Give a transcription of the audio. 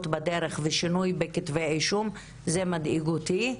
בדרך ושינוי בכתבי אישום זה מדאיג אותי.